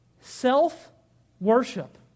Self-worship